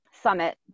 summit